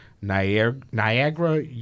Niagara